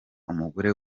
umugore